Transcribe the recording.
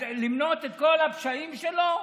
למנות את כל הפשעים שלו?